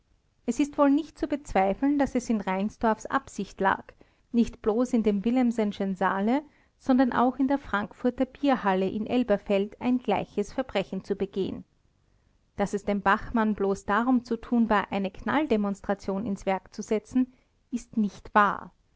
es ist wohl nicht zu bezweifeln daß es in reinsdorfs absicht lag nicht bloß in dem willemsenschen saale sondern auch in der frankfurter bierhalle in elberfeld ein gleiches verbrechen zu begehen daß es dem bachmann bloß darum zu tun war eine knalldemonstration ins werk zu setzen ist nicht wahr